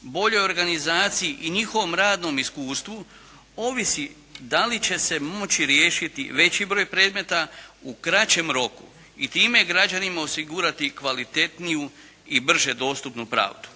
boljoj organizaciji i njihovom radnom iskustvu ovisi da li će se moći riješiti veći broj predmeta u kraćem roku i time građanima osigurati kvalitetniju i brže dostupnu pravdu.